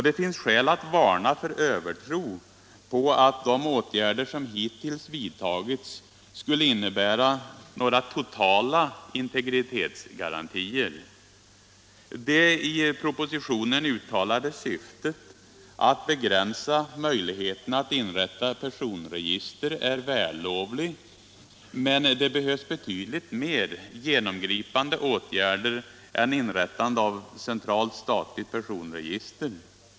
Det finns skäl att varna för övertro på att de åtgärder som hittills vidtagits skulle innebära några totala integritetsgarantier. Det i propositionen uttalade syftet att begränsa möjligheten att inrätta personregister är vällovligt, men det behövs betydligt mer genomgripande åtgärder än inrättande av ett centralt statligt personregister.